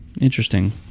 Interesting